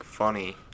funny